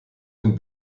den